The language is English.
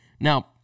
Now